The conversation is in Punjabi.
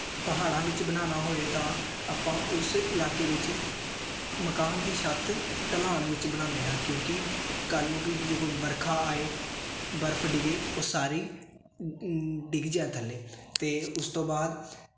ਪਹਾੜਾਂ ਵਿੱਚ ਬਣਾਉਣਾ ਹੋਏ ਤਾਂ ਆਪਾਂ ਉਸ ਇਲਾਕੇ ਵਿੱਚ ਮਕਾਨ ਦੀ ਛੱਤ ਢਲਾਣ ਵਿੱਚ ਬਣਾਉਂਦੇ ਹਾਂ ਕਿਉਂਕਿ ਕੱਲ੍ਹ ਨੂੰ ਕੋਈ ਜੇ ਕੋਈ ਵਰਖਾ ਆਏ ਬਰਫ ਡਿੱਗੇ ਉਹ ਸਾਰੀ ਡਿੱਗ ਜਾਵੇ ਥੱਲੇ ਅਤੇ ਉਸ ਤੋਂ ਬਾਅਦ